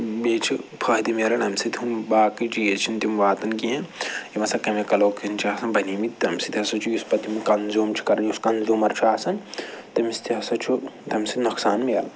بیٚیہِ چھِ فٲیدٕ مِلان اَمہِ سۭتۍ ہُم باقی چیٖز چھِنہٕ تِم واتان کینٛہہ یِم ہَسا کیٚمِکَلو کِنۍ چھِ آسان بَنیمٕتۍ تَمہِ سۭتۍ ہَسا چھُ یُس پَتہٕ یِمو کَنزیوٗم چھُ کَران یُس کَنزیوٗمَر چھُ آسان تٔمِس تہِ ہَسا چھُ تَمہِ سۭتۍ نۄقصان مِلان